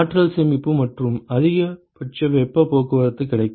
ஆற்றல் சேமிப்பு மற்றும் அதிகபட்ச வெப்ப போக்குவரத்து கிடைக்கும்